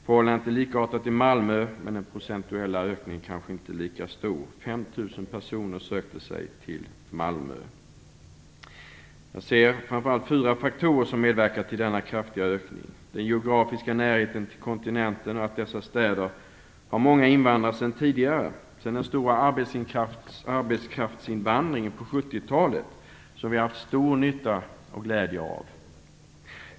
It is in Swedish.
Förhållandet är likartat i Malmö, men den procentuella ökningen där är kanske inte lika stor: 5000 personer sökte sig till Malmö under det gångna året. Jag ser framför allt fyra faktorer som medverkar till denna kraftiga ökning: En anledning är den geografiska närheten till kontinenten. En annan är att dessa städer har många invandrare sedan tidigare, sedan den stora arbetskraftsinvandringen på 70-talet, som vi har haft stor nytta och glädje av.